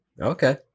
okay